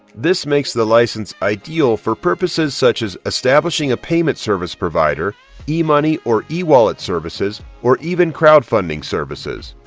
this makes the license ideal for purposes such as establishing a payment service provider imani or a wallet services or even crowdfunding services.